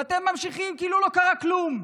ואתם ממשיכים כאילו לא קרה כלום.